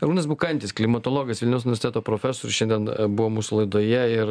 arūnas bukantis klimatologas vilniaus universiteto profesorius šiandien buvo mūsų laidoje ir